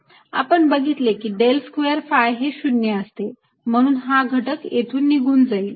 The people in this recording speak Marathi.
आपण बघितले आहे की डेल स्क्वेअर phi हे 0 असते म्हणून हा घटक येथून निघून जाईल